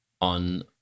on